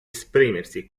esprimersi